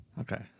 Okay